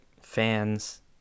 fans